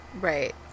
Right